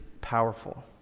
powerful